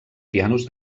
pianos